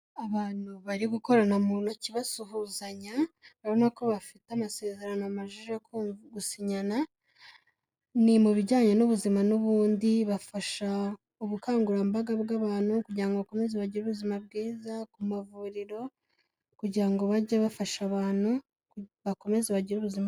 Abantu bari gukorana mu ntoki basuhuzanya, urabona ko bafite amasezerano bamajije gusinyana, ni mu bijyanye n'ubuzima n'ubundi bafasha ubukangurambaga bw'abantu kugira ngo bakomeze bagire ubuzima bwiza ku mavuriro kugira ngo bajye bafasha abantu, bakomeze bagire ubuzima bwiza.